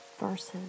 verses